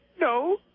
No